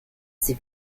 sie